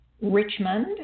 Richmond